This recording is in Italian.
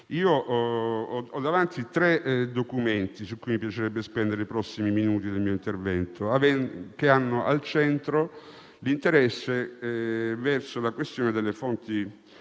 Ho davanti a me tre documenti su cui mi piacerebbe spendere i prossimi minuti del mio intervento, che hanno al centro l'interesse verso la questione della